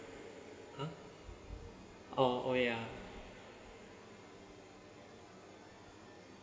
uh oh oh ya